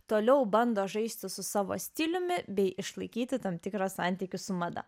toliau bando žaisti su savo stiliumi bei išlaikyti tam tikrą santykių su mada